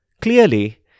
Clearly